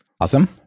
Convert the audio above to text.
Awesome